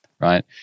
right